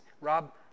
rob